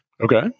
Okay